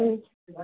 ٲں